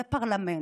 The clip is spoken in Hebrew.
זה פרלמנט,